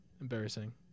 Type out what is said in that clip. Embarrassing